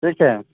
ठीक है